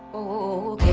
oh.